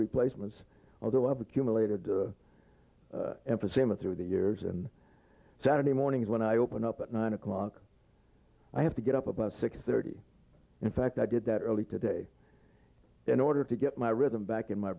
replacements although i've accumulated emphysema through the years and saturday mornings when i open up at nine o'clock i have to get up about six thirty in fact i did that early today in order to get my rhythm back in my